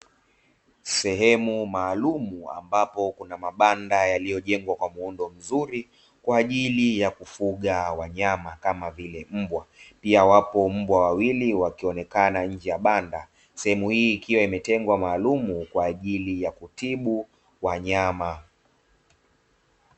Sehemu maalumu ambapo kuna mabanda yaliyojengwa kwa muundo mzuri kwa ajili ya kufuga wanyama kama vile mbwa, pia wapo mbwa wawili wakionekana nje ya banda sehemu hii ikiwa imetengwa maalumu kwa ajili ya kutibu wanyama.